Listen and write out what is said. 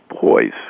boys